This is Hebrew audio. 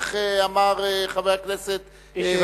איך אמר חבר הכנסת גנאים?